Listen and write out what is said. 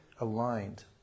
aligned